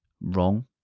wrong